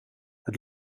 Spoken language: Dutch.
het